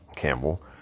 Campbell